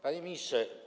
Panie Ministrze!